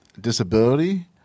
disability